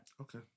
Okay